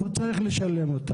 צריך לשלם.